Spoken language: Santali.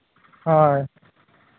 ᱦᱳᱭ